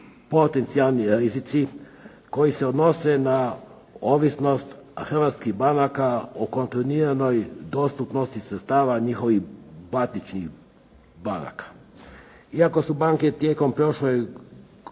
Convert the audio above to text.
potencijalni rizici koji se odnose na ovisnost hrvatskih banaka o kontinuiranoj dostupnosti sredstava njihovih matičnih banaka. Iako su banke tijekom prošle